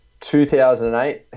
2008